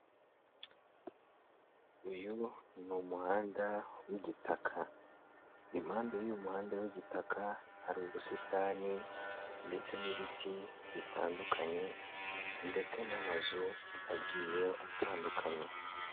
Uyu ni umuhanda w'igitaka, impande y'uyu muhanda w'igitaka hari ubusitani ndetse n'ibiti bitandukanye, ndetse n'amazu agiye atandukanye